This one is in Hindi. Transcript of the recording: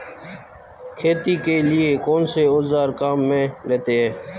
खेती के लिए कौनसे औज़ार काम में लेते हैं?